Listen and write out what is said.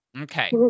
Okay